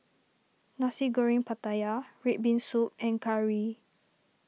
Nasi Goreng Pattaya Red Bean Soup and Curry